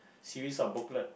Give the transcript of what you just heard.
series of booklet